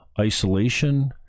isolation